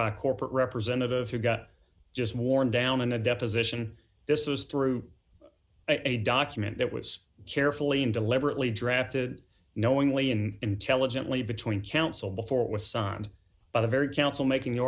by corporate representatives who got just worn down in a deposition this was through a document that was carefully and deliberately drafted knowingly in intelligently between counsel before it was signed by the very council making